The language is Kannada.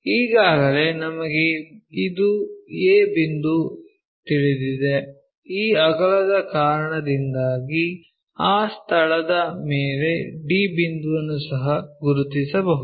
ಈಗಾಗಲೇ ನಮಗೆ ಇದು a ಬಿಂದು ಎಂದು ತಿಳಿದಿದೆ ಈ ಅಗಲದ ಕಾರಣದಿಂದಾಗಿ ಆ ಸ್ಥಳದ ಮೇಲೆ d ಬಿಂದುವನ್ನು ಸಹ ಗುರುತಿಸಬಹುದು